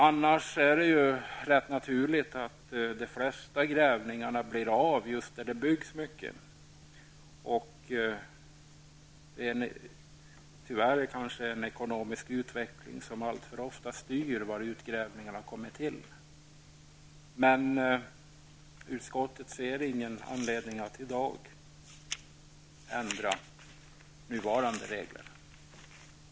Det är annars rätt naturligt att de flesta grävningar görs där det byggs mycket. Det är tyvärr en ekonomisk utveckling som alltför ofta styr var utgrävningarna görs. Men utskottet ser ingen anledning att i dag ändra nuvarande regler.